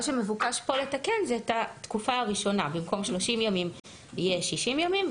מה שמבוקש פה לתקן זה את התקופה הראשונה במקום 30 ימים יהיה 60 ימים,